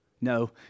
No